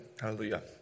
Hallelujah